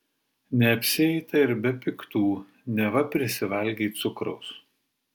neapsieita ir be piktų neva prisivalgei cukraus